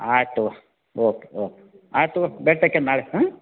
ಆಯ್ತು ತೊಗೋ okay okay ಆಯ್ತು ತೊಗೋ ಭೆಟ್ಟಿಯಾಕೇನ್ ನಾಳೆ ಹ್ಞೂ